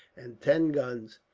and ten guns,